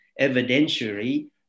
evidentiary